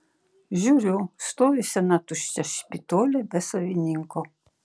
žiūriu stovi sena tuščia špitolė be savininko